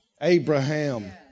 Abraham